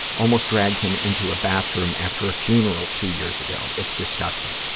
almost dragged him into a bathroom after a funeral two years ago. it's disgusting.